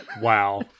Wow